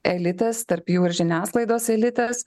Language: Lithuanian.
elitas tarp jų ir žiniasklaidos elitas